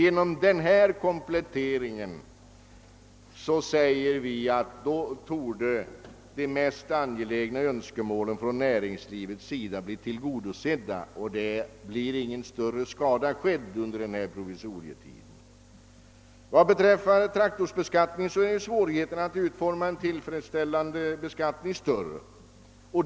Genom denna kompletteringsregel menar vi att de mest angelägna önskemålen från näringslivet torde bli tillgodosedda och att provisorietiden inte kommer att medföra någon större skada. Vad beträffar traktorbeskattningen är svårigheterna att utforma en tillfredsställande beskattning större.